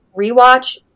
rewatch